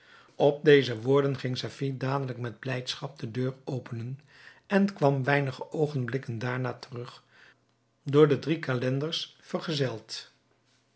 op deze woorden ging safie dadelijk met blijdschap de deur openen en kwam weinige oogenblikken daarna terug door de drie calenders vergezeld